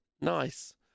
Nice